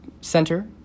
Center